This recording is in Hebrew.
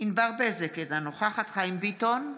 ענבר בזק, אינה נוכחת חיים ביטון,